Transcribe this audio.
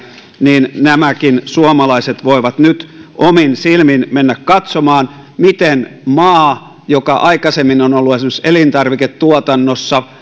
nämäkin suomalaiset voivat nyt omin silmin mennä katsomaan miten maa joka aikaisemmin on ollut esimerkiksi elintarviketuotannossa